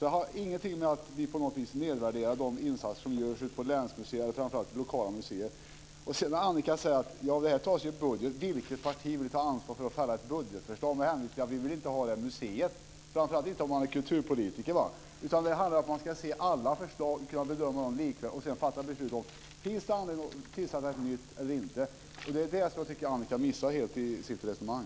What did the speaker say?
Det har ingenting att göra med att vi på något vis nedvärderar de insatser som görs ute på länsmuseer och framför allt lokala museer. Annika säger att detta tas med budgeten. Vilket parti vill ta ansvar för att fälla ett budgetförslag med hänvisning till att man inte vill ha ett museum - framför allt om man är kulturpolitiker? Det handlar om att man ska se alla förslag, bedöma dem lika och sedan fatta beslut om det finns anledning att tillsätta ett nytt eller inte. Det är det jag tycker att Annika missar helt i sitt resonemang.